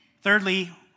Thirdly